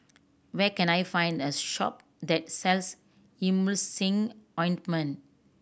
where can I find a shop that sells Emulsying Ointment